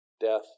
death